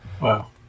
Wow